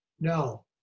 No